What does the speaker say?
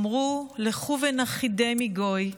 אמרו לכו ונכחידם מגוי,